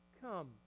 come